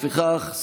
לפיכך,